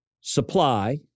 Supply